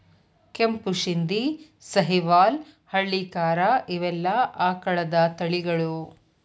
ಕೆಂಪು ಶಿಂದಿ, ಸಹಿವಾಲ್ ಹಳ್ಳಿಕಾರ ಇವೆಲ್ಲಾ ಆಕಳದ ತಳಿಗಳು